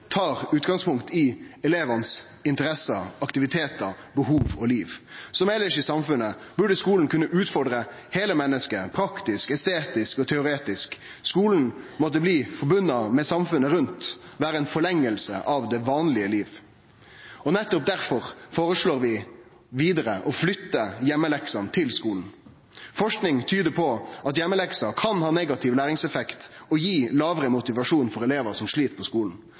tar utgangspunkt i elevanes interesser, aktivitetar, behov og liv. Som elles i samfunnet burde skolen kunne utfordre heile mennesket, praktisk, estetisk og teoretisk. Skolen måtte bli forbunde med samfunnet rundt ‒ vere ei forlenging av det vanlege livet. Nettopp derfor føreslår vi å flytte heimeleksene til skolen. Forsking tyder på at heimelekse kan ha negativ læringseffekt og gi lågare motivasjon for elevar som slit på skolen.